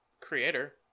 Creator